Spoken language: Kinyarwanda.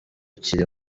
kiri